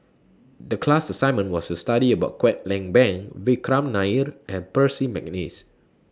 The class assignment was to study about Kwek Leng Beng Vikram Nair and Percy Mcneice